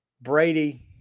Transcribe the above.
Brady